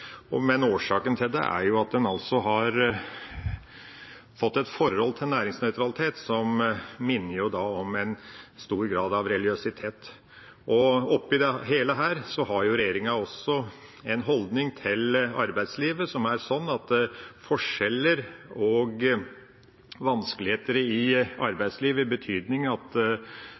Men årsaken til det er at en har fått et forhold til næringsnøytralitet som i stor grad minner om religiøsitet. Oppi det hele har regjeringa også en holdning til arbeidslivet som er sånn at forskjeller og vanskeligheter i